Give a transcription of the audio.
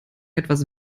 etwas